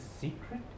secret